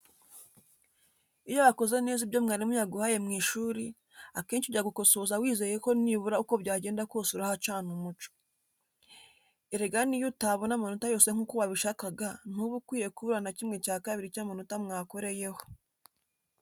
Iyo wakoze neza ibyo mwarimu yaguhaye mu ishuri, akenshi ujya gukosoza wizeye ko nibura uko byagenda kose urahacana umucyo. Erega n'iyo utabona amanota yose nk'uko wabishakaga, ntuba ukwiye kubura na kimwe cya kabiri cy'amanota mwakoreyeho.